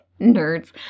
Nerds